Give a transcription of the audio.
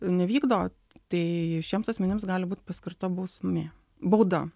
nevykdo tai šiems asmenims gali būt paskirta bausmė bauda